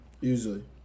usually